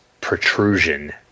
protrusion